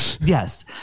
Yes